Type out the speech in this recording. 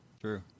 True